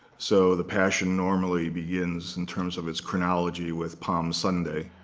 so the passion normally begins in terms of its chronology with palm sunday,